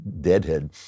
deadhead